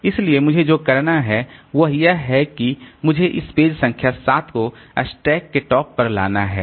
इसलिए मुझे जो करना है वह यह है कि मुझे इस पेज संख्या 7 को स्टैक के टॉप पर लाना है